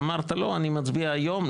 ואמרת לא, אני מצביע היום.